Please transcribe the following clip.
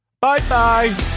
Bye-bye